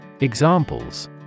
Examples